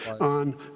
on